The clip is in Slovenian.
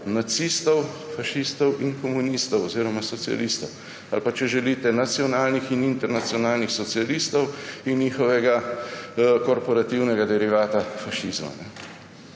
nacistov, fašistov in komunistov oziroma socialistov ali pa, če želite, nacionalnih in internacionalnih socialistov in njihovega korporativnega derivata fašizma.